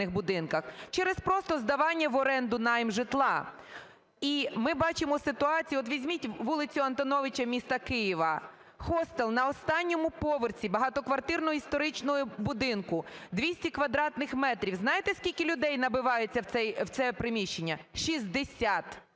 Через просто здавання в оренду (найм) житла. І ми бачимо ситуацію, от візьміть вулицю Антоновича міста Києва. Хостел на останньому поверсі багатоквартирного історичного будинку, 200 квадратних метрів. Знаєте, скільки людей набивається в це приміщення? 60,